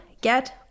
get